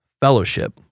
fellowship